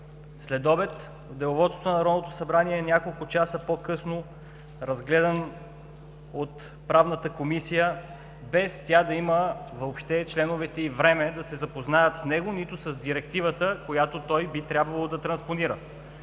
след обяд в Деловодството на Народното събрание, а няколко часа по-късно разгледан от Правната комисия, без членовете й да имат въобще време да се запознаят с него, нито с Директивата, която той би трябвало да транспонира.